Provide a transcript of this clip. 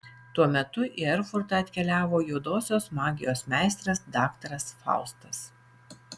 tuo metu į erfurtą atkeliavo juodosios magijos meistras daktaras faustas